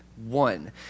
one